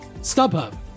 StubHub